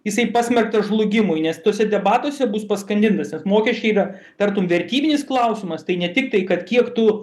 jisai pasmerktas žlugimui nes tuose debatuose bus paskandintas nes mokesčiai yra tartum vertybinis klausimas tai ne tik tai kad kiek tų